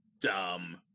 dumb